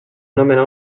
nomenar